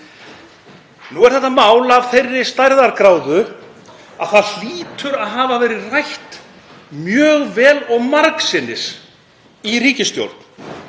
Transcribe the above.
Nú er þetta mál af þeirri stærðargráðu að það hlýtur að hafa verið rætt mjög vel og margsinnis í ríkisstjórn.